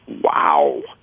wow